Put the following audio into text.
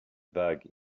vague